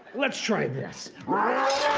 let's try this.